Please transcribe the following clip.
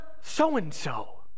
so-and-so